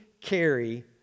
carry